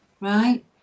Right